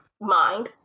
mind